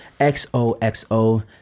xoxo